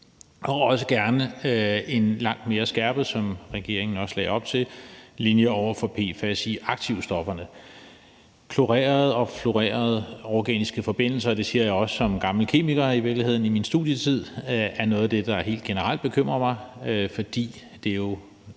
og også gerne en langt mere skærpet linje, som regeringen også lagde op til, over for PFAS-aktivstofferne. Klorerede og fluorerede organiske forbindelser, og det siger jeg i virkeligheden også som gammel kemiker i min studietid, er noget af det, der helt generelt bekymrer mig, fordi det jo